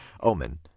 Omen